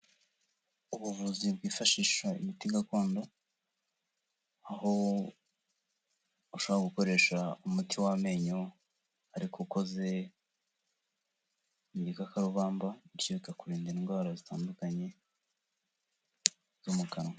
Ubuvuzi bwifashisha imiti gakondo aho ushobora gukoresha umuti w'amenyo ariko ukoze mu gikakarubamba, bityo bikakurinda indwara zitandukanye zo mu kanwa.